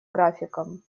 графиком